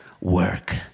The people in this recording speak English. work